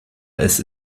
als